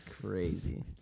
crazy